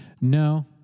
No